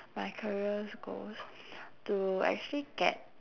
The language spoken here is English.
my careers goals to actually get